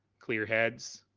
clear heads,